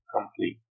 complete